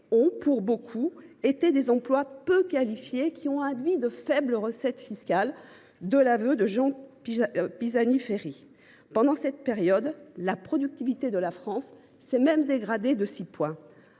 sont, pour beaucoup, des emplois peu qualifiés, qui ont induit de faibles recettes fiscales. Pendant cette période, la productivité de la France s’est même dégradée de six points.